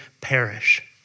perish